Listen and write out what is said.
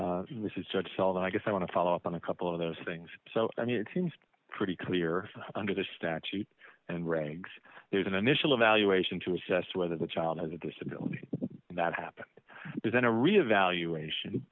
fellow i guess i want to follow up on a couple of those things so i mean it seems pretty clear under the statute and regs there's an initial evaluation to assess whether the child has a disability that happens isn't a reevaluation